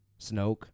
Snoke